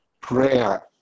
prayer